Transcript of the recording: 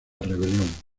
rebelión